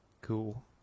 Cool